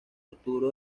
arturo